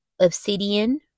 obsidian